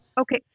Okay